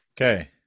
Okay